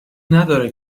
نداره